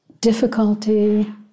difficulty